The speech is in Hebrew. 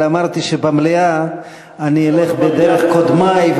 אבל אמרתי שבמליאה אני אלך בדרך קודמי,